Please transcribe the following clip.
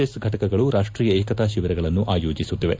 S ಘಟಕಗಳು ರಾಷ್ಷೀಯ ಏಕತಾ ಶಿಬಿರಗಳನ್ನು ಆಯೋಜಿಸುತ್ತಿವೆ